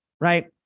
right